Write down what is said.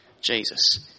Jesus